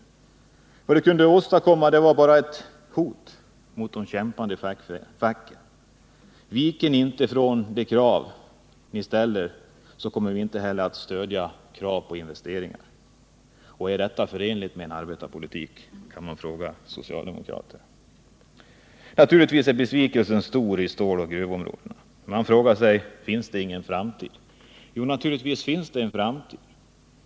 Vad socialdemokraterna kunde åstadkomma var bara hot mot de kämpande facken: Viker ni inte från era krav, ställer vi inte heller upp på några som helst investeringar. Man kan fråga socialdemokraterna: Är detta förenligt med en arbetarpolitik? Naturligtvis är besvikelsen stor i ståloch gruvområdena. Man frågar sig: Finns det ingen framtid? Jo, naturligtvis finns det en framtid.